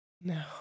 no